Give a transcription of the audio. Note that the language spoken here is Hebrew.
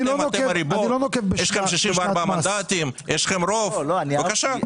אתם הריבון, יש לכם 64 מנדטים, יש לכם רוב, בבקשה.